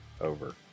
over